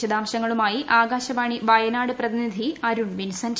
വിശദാംശങ്ങളുമായി ആകാശവാണി വയനാട് പ്രതിനിധി അരുൺ വിൻസെന്റ്